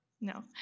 No